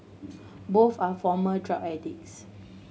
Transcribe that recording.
both are former drug addicts